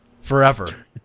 Forever